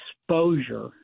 Exposure